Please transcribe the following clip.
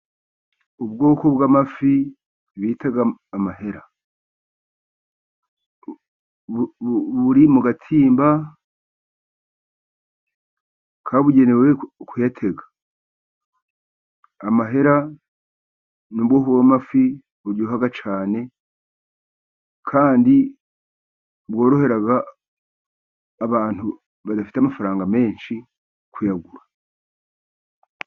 Ubwoko bw'amafi bita amahera buri mu gatimba kagenewe kuyatega. Amahera ni ubwoko bw'amafi buryoha cyane, kandi bworohera abantu badafite amafaranga menshi kuyagura.